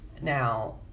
Now